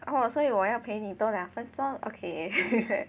oh 所以我要陪你多两分钟 okay